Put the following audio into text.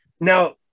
now